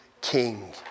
king